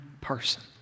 person